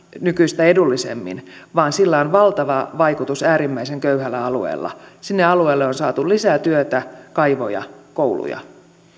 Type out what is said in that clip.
nykyistä edullisemmin vaan sillä on valtava vaikutus äärimmäisen köyhällä alueella sinne alueelle on saatu lisää työtä kaivoja kouluja